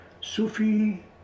Sufi